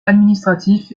administratif